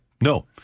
No